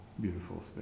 beautiful